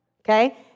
okay